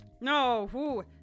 No